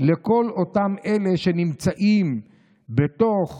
לכל אותם אלה שנמצאים בתוך